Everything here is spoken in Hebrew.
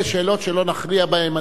אלה שאלות שלא נכריע בהם.